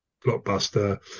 blockbuster